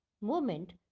movement